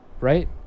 right